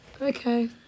Okay